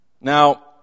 Now